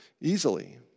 easily